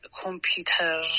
computer